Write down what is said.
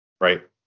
right